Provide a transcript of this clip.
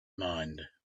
mind